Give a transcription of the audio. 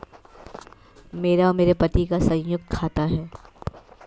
मेरा और मेरे पति का संयुक्त खाता है